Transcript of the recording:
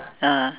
ah